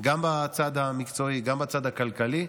גם בצד המקצועי, גם בצד הכלכלי,